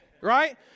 right